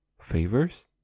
favors